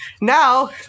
now